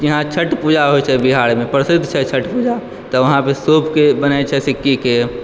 यहाँ छठ पूजा होइ छै बिहारमे प्रसिद्द छै छठ पूजा तऽ वहाँपर सूप भी बनै छै सिक्कीके